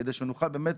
כדי שנוכל להיות